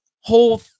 whole